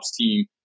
team